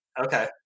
Okay